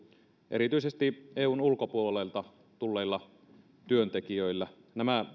erityisesti eun ulkopuolelta tulleilla työntekijöillä nämä